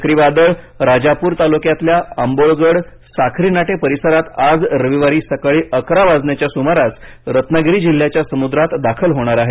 चक्रीवादळ राजापूर तालुक्यातल्या आंबोळगड साखरीनाटे परिसरात आज रविवारी सकाळी अकरा वाजण्याच्या सुमारास रत्नागिरी जिल्ह्याच्या समुद्रात दाखल होणार आहे